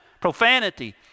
profanity